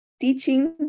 teaching